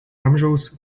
amžiaus